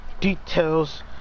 details